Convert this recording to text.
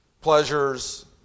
pleasures